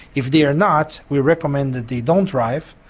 if they are not we recommend that they don't drive,